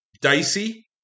dicey